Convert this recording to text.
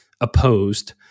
opposed